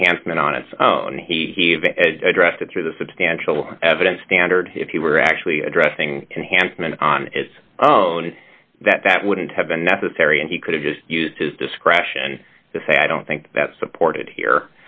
enhancement on its own he addressed it through the substantial evidence standard if he were actually addressing enhanced meant on its own that that wouldn't have been necessary and he could have just used his discretion to say i don't think that's supported here